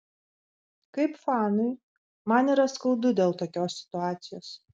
kaip fanui man yra skaudu dėl tokios situacijos